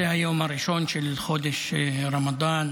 זה היום הראשון של חודש הרמדאן.